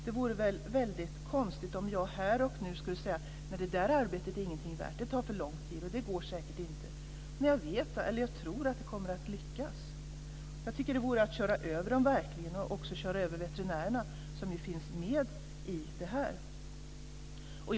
Det vore väl väldigt konstigt om jag här och nu skulle säga att det där arbetet är ingenting värt, att det tar för lång tid och att det säkert inte går, när jag tror att det kommer att lyckas. Jag tycker att det verkligen vore att köra över dem och också att köra över veterinärerna som ju finns med i utredningen.